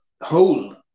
whole